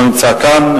לא נמצא כאן.